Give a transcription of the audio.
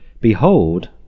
Behold